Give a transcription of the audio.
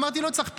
אמרתי: לא צריך.